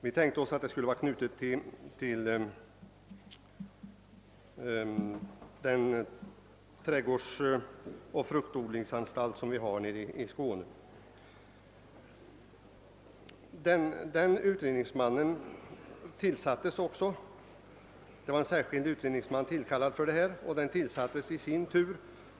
Vi tänkte oss att det skulle vara knutet till den trädgårdsoch fruktodlingsanstalt vi har i Skåne. En särskild utredningsman tillkallades.